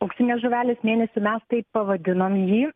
auksinės žuvelės mėnesį mes taip pavadinom jį